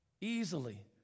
easily